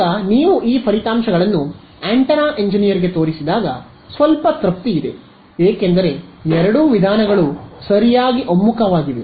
ಈಗ ನೀವು ಈ ಫಲಿತಾಂಶಗಳನ್ನು ಆಂಟೆನಾ ಎಂಜಿನಿಯರ್ಗೆ ತೋರಿಸಿದಾಗ ಸ್ವಲ್ಪ ತೃಪ್ತಿ ಇದೆ ಏಕೆಂದರೆ ಎರಡೂ ವಿಧಾನಗಳು ಸರಿಯಾಗಿ ಒಮ್ಮುಖವಾಗಿವೆ